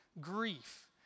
grief